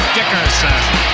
Dickerson